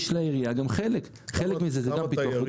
גם לעירייה יש חלק, וחלק מזה זה גם הפיתוח.